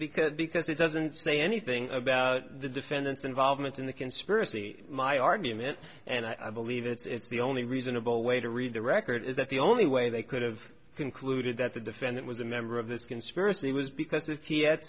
because because it doesn't say anything about the defendant's involvement in the conspiracy my argument and i believe it's the only reasonable way to read the record is that the only way they could've concluded that the defendant was a member of this conspiracy was because if he ad